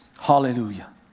hallelujah